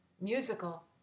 musical